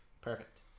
Perfect